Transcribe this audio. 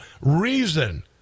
reason